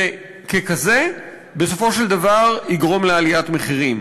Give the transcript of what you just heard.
וככזה בסופו של דבר יגרום לעליית מחירים.